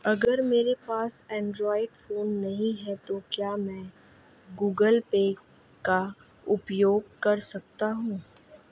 अगर मेरे पास एंड्रॉइड फोन नहीं है तो क्या मैं गूगल पे का उपयोग कर सकता हूं?